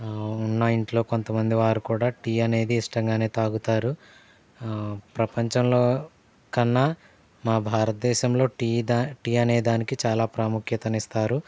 ఉన్న ఇంట్లో కొంత మంది వారు కూడా టీ అనేది ఇష్టం గానే తాగుతారు ప్రపంచంలో కన్నా మా భారతదేశంలో టీ ద టీ అనేదానికి చాలా ప్రాముఖ్యతను ఇస్తారు